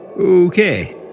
Okay